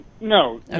no